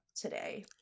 Today